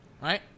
right